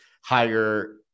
hire